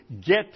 get